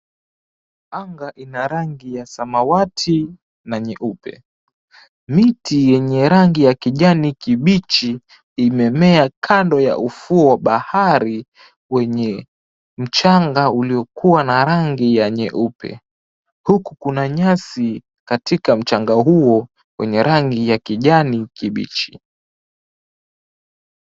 Anga ina rangi ya samawati na nyeupe, miti yenye rangi ya kijani kibichi imemea kando ya ufuo bahari wenye mchanga uliokua na rangi ya nyeupe, huku kuna nyasi kwenye mchanga huo wenye rangi ya kijani kibichi.